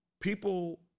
people